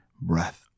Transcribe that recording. breath